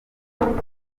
tizama